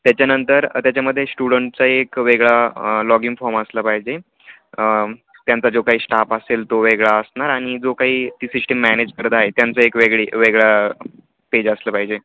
त्याच्यानंतर त्याच्यामध्ये स्टुडंटचा एक वेगळा लॉग इन फॉर्म असला पाहिजे त्यांचा जो काही स्टाफ असेल तो वेगळा असणार आणि जो काही ती सिस्टीम मॅनेज करत आहे त्यांचा एक वेगळी वेगळा पेज असलं पाहिजे